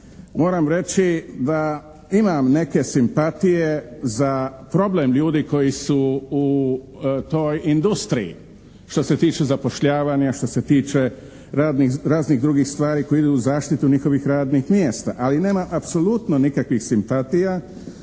Moram reći da imam neke simpatije za problem ljudi koji su u toj industriji što se tiče zapošljavanja, što se tiče raznih drugih stvari koje idu u zaštitu njihovih radnih mjesta ali nema apsolutno nikakvih simpatija